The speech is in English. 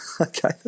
okay